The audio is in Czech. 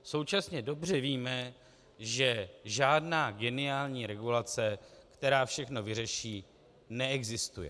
Současně dobře víme, že žádná geniální regulace, která všechno vyřeší, neexistuje.